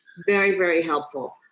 very very helpful.